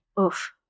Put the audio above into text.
Oof